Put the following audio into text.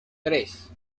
tres